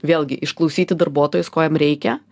vėlgi išklausyti darbuotojus ko jiem reikia